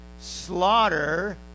slaughter